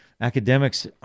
academics